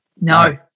No